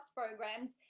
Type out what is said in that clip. programs